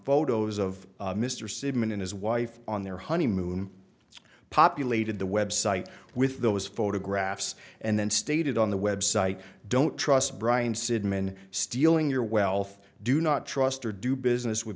photos of mr sigman and his wife on their honeymoon populated the website with those photographs and then stated on the website don't trust brian sigman stealing your wealth do not trust or do business with